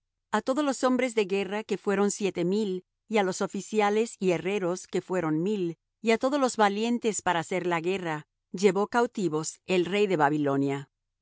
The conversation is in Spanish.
a todos los hombre de guerra que fueron siete mil y á los oficiales y herrreros que fueron mil y á todos los valientes para hacer la guerra llevó cautivos el rey de babilonia